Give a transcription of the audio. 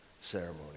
ceremony